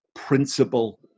principle